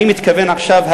אני מתכוון עכשיו,